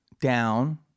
down